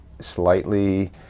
slightly